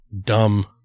Dumb